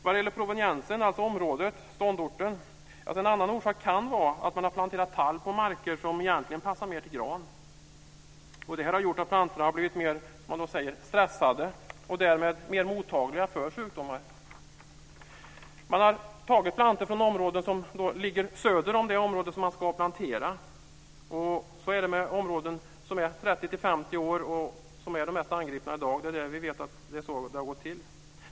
Vad gäller proveniensen, dvs. området eller ståndorten, så kan en orsak till skadorna vara att man har planterat tall på marker som egentligen passar mer till gran. Detta har gjort att plantorna har blivit stressade och därmed mer mottagliga för sjukdomar. Man har tagit plantor från områden som ligger söder om det område man ska plantera på. Det är områden som är 30-50 år som är de mest angripna i dag, och där vet vi att det är så här det har gått till.